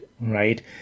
right